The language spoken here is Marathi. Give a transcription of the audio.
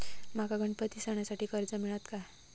माका गणपती सणासाठी कर्ज मिळत काय?